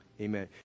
Amen